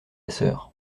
sœur